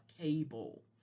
cable